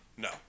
No